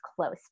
close